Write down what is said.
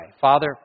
Father